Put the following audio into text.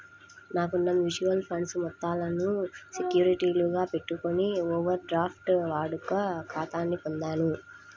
నాకున్న mutual funds మొత్తాలను సెక్యూరిటీలుగా పెట్టుకొని ఓవర్ డ్రాఫ్ట్ వాడుక ఖాతాని పొందాను